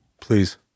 Please